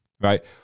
right